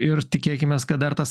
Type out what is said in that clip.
ir tikėkimės kad dar tas